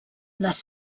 les